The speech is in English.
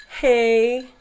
Hey